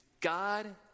God